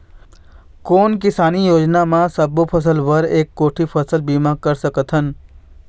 कोन किसानी योजना म सबों फ़सल बर एक कोठी फ़सल बीमा कर सकथन?